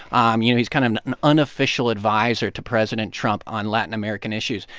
um you know, he's kind of an unofficial adviser to president trump on latin american issues.